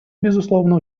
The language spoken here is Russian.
безусловно